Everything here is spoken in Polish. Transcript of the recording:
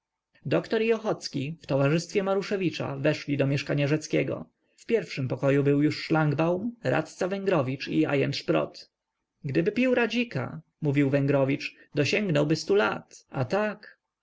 doktor i ochocki w towarzystwie maruszewicza weszli do mieszkania rzeckiego w pierwszym pokoju był już szlangbaum radca węgrowicz i ajent szprot gdyby pił radzika mówił węgrowicz dosięgnąłby stu lat a tak